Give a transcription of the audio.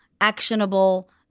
actionable